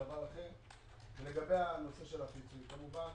לגבי הפיצוי כמובן,